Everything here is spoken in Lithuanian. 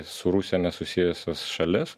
su rusija nesusijusias šalis